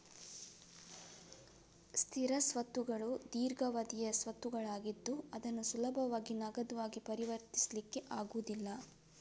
ಸ್ಥಿರ ಸ್ವತ್ತುಗಳು ದೀರ್ಘಾವಧಿಯ ಸ್ವತ್ತುಗಳಾಗಿದ್ದು ಅದನ್ನು ಸುಲಭವಾಗಿ ನಗದು ಆಗಿ ಪರಿವರ್ತಿಸ್ಲಿಕ್ಕೆ ಆಗುದಿಲ್ಲ